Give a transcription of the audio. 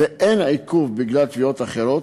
ואין עיכוב בגלל תביעות אחרות,